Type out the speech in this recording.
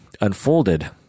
unfolded